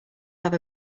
have